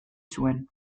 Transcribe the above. zuen